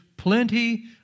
Plenty